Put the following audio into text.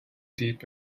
deep